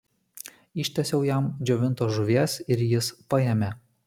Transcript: ištiesiau jam džiovintos žuvies ir jis paėmė